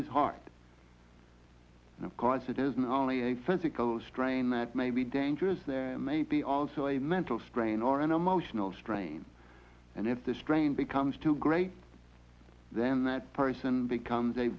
his heart and of course it is not only a physical strain that may be dangerous there may be also a mental strain or an emotional strain and if the strain becomes too great then that person becomes a